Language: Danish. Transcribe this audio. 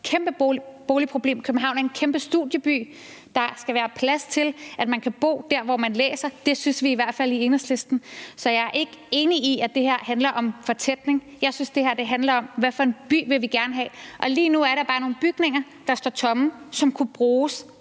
København er en kæmpe studieby, og der skal være plads til, at man kan bo der, hvor man læser; det synes vi i hvert fald i Enhedslisten. Så jeg er ikke enig i, at det her handler om fortætning. Jeg synes, det her handler om, hvad for en by vi gerne vil have. Og lige nu er der bare nogle bygninger, der står tomme, som kunne bruges